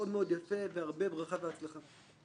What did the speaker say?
מאוד יפה והרבה ברכה והצלחה.